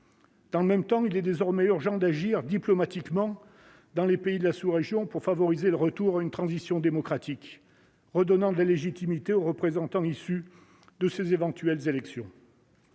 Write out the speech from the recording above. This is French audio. Dans le même temps, il est désormais urgent d'agir diplomatiquement dans les pays de la sous-région pour favoriser le retour à une transition démocratique, redonnant de la légitimité aux représentants issus de ces éventuelles élections.